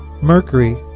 Mercury